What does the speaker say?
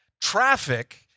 Traffic